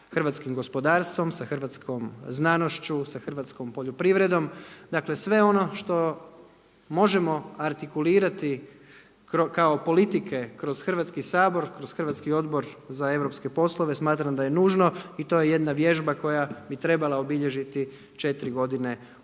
hrvatskim gospodarstvo, sa hrvatskom znanošću, sa hrvatskom poljoprivredom. Dakle sve ono što možemo artikulirati kao politike kroz Hrvatski sabor, kroz hrvatski Odbor za europske poslove. Smatram da je nužno i to je jedna vježba koja bi trebala obilježiti četiri godine ovog